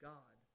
God